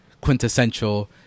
quintessential